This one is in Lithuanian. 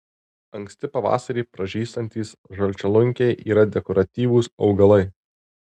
anksti pavasarį pražystantys žalčialunkiai yra dekoratyvūs augalai